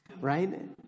Right